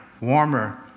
warmer